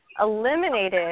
eliminated